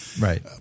Right